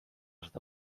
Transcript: seda